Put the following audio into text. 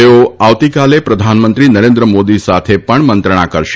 તેઓ આવતીકાલે પ્રધાનમંત્રી નરેન્દ્ર મોદી સાથે પણ મંત્રણા કરશે